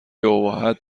ابهت